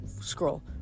scroll